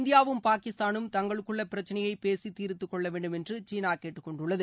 இந்தியாவும பாகிஸ்தானும் தங்களுக்குள்ள பிரச்சனையை பேசி தீர்த்துக்கொள்ள வேண்டும் என்று சீனா கேட்டுக்கொண்டுள்ளது